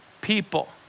people